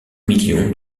million